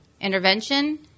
intervention